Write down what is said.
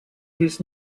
his